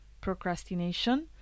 Procrastination